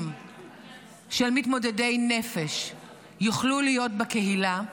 של מתמודדי נפש יוכלו להיות בקהילה,